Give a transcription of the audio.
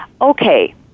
okay